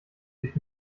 sich